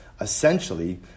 essentially